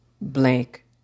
blank